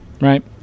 right